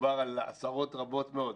מדובר על עשרות רבות מאוד.